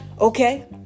Okay